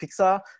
Pixar